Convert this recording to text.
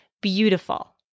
beautiful